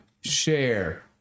share